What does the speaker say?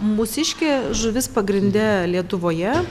mūsiškė žuvis pagrinde lietuvoje